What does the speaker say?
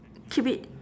keep it